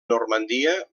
normandia